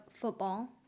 football